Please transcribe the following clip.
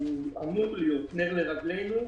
אמור להיות נר לרגלינו.